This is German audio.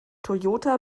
toyota